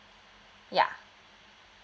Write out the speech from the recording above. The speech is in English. ya